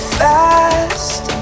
fast